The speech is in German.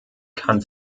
kann